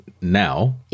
now